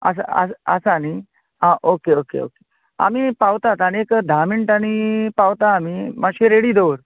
आसा आसा आसा न्ही आं ओके ओके ओके आमी पावतात आनीक धा मिण्टांनी पावता आमी मात्शें रेडी दवर